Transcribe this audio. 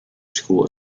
school